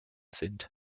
sind